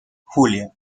julia